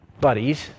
buddies